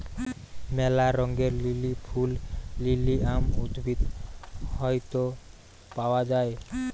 ম্যালা রঙের লিলি ফুল লিলিয়াম উদ্ভিদ হইত পাওয়া যায়